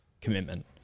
commitment